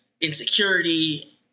insecurity